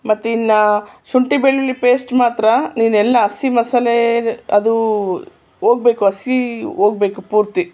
ಮತ್ತು ಇನ್ನೂ ಶುಂಠಿ ಬೆಳ್ಳುಳ್ಳಿ ಪೇಸ್ಟ್ ಮಾತ್ರ ನೀನು ಎಲ್ಲ ಹಸಿ ಮಸಾಲೆ ಅದು ಹೋಗ್ಬೇಕು ಹಸಿ ಹೋಗ್ಬೇಕು ಪೂರ್ತಿ